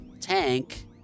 tank